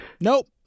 Nope